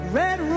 red